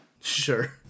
Sure